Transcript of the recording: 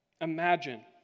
Imagine